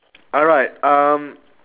alright um